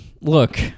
look